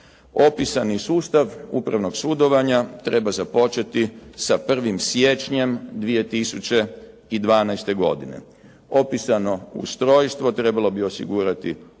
Opisani sustav upravnog sudovanja treba započeti sa 1. siječnjem 2012. godine. Opisano ustrojstvo trebalo bi osigurati bolju